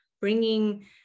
bringing